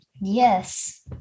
yes